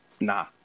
nah